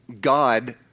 God